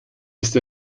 ist